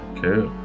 cool